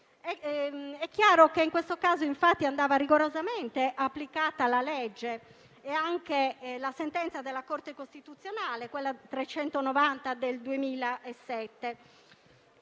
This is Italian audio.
infatti, che in questo caso andavano rigorosamente applicate la legge e la sentenza della Corte costituzionale, la n. 390 del 2007.